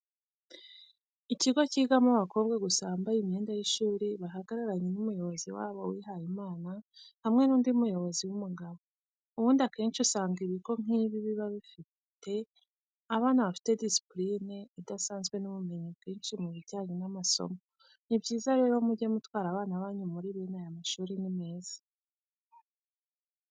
Ikigo kigamo abakobwa gusa bambaye imyenda y'ishuri, bahagararanye n'umuyobozi wabo wihayimana, hamwe n'undi muyobozi w'umugabo. Ubundi akenshi usanga ibigo nk'ibi biba bifite abana bafite disipurine idasanzwe n'ubumenyi bwinshi mubijyanye n'amasomo, ni byiza rero mujye mutwara abana banyu muri bene aya mashuri ni meza.